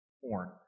porn